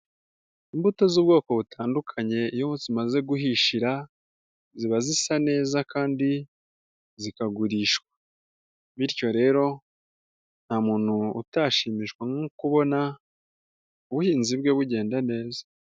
Imburo z'ubwoko butandukanye iyo zimaze guhishira ziba zisa neza kandi zikagurishwa bityo rero nta muntu utashimishwa no kubona ubuhinzi bwe bugenda neza.